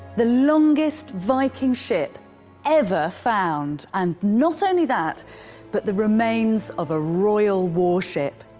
the longest viking ship ever found and not only that but the remains of a royal warship.